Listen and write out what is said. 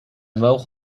mogen